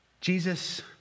Jesus